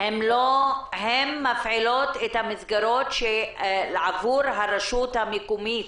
הן מפעילות את המסגרות עבור הרשות המקומית.